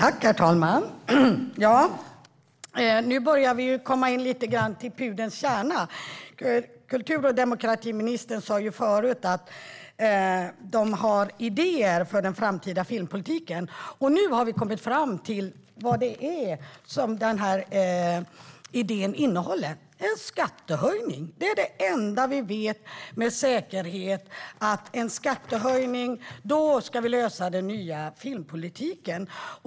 Herr talman! Nu börjar vi komma till pudelns kärna. Kultur och demokratiministern sa förut att regeringen har idéer för den framtida filmpolitiken. Nu har vi kommit fram till vad dessa idéer innehåller, nämligen en skattehöjning. Det enda vi vet med säkerhet är att en skattehöjning ska vara lösningen i den nya filmpolitiken.